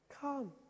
Come